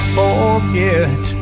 forget